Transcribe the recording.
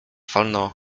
wolno